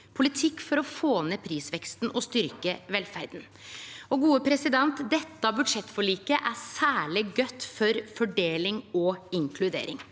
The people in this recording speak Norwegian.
politikk for å få ned prisveksten og styrkje velferda. Dette budsjettforliket er særleg godt for fordeling og inkludering.